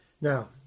Now